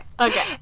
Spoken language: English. Okay